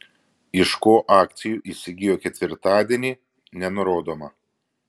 iš ko akcijų įsigijo ketvirtadienį nenurodoma